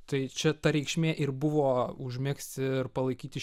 tai čia ta reikšmė ir buvo užmegzti ir palaikyti